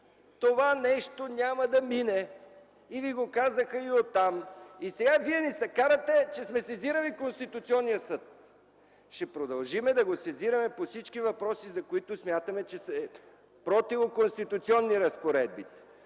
това нещо няма да мине. Казаха Ви го и от там. Сега Вие ни се карате, че сме сезирали Конституционния съд. Ще продължим да го сезираме по всички въпроси, за които смятаме, че са противоконституционни разпоредби.